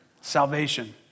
Salvation